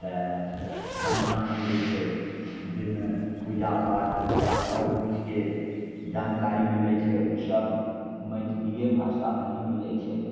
तऽ पञ्चाङ्ग जे छै जाहिमे पूजा पाठ या आओर किछुके जानकारी मिलै छै ओसब मैथिलिए भाषामे ही मिलै छै